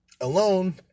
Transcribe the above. alone